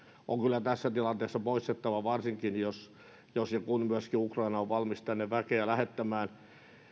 on kyllä tässä tilanteessa poistettava varsinkin jos jos ja kun myöskin ukraina on valmis väkeä tänne lähettämään